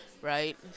Right